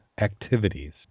activities